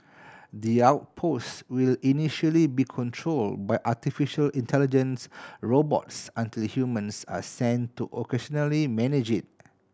the outpost will initially be control by artificial intelligence robots until humans are sent to occasionally manage it